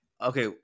okay